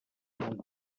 molt